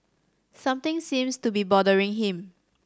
something seems to be bothering him